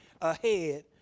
ahead